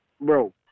Bro